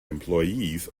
employees